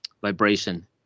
vibration